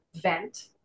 vent